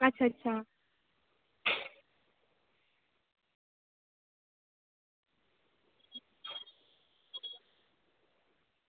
अच्छा अच्छा